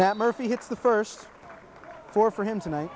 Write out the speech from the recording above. matt murphy hits the first four for him tonight